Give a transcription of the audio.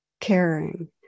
caring